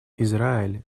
израиль